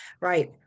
Right